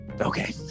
Okay